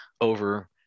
over